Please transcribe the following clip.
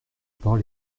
parole